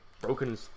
broken